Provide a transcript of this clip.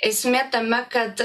esmė tame kad